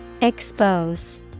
Expose